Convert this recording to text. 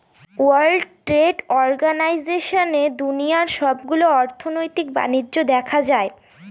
world trade অর্গানাইজেশনে দুনিয়ার সবগুলো অর্থনৈতিক বাণিজ্য দেখা হয়